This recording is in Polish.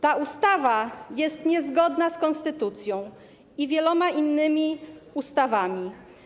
Ta ustawa jest niezgodna z konstytucją i z wieloma innymi ustawami.